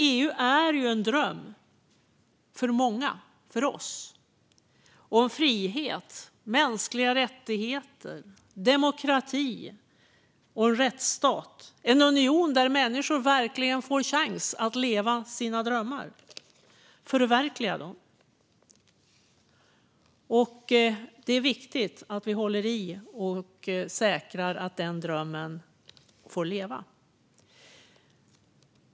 EU är en dröm för många, för oss, om frihet, mänskliga rättigheter, demokrati och en rättsstat och om en union där människor verkligen får en chans att leva och förverkliga sina drömmar. Det är viktigt att vi håller i och säkrar att denna dröm får leva.